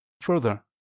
Further